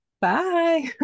Bye